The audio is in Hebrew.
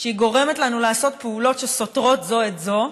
שהיא גורמת לנו לעשות פעולות שסותרות זו את זו,